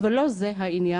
אבל לא זה העניין,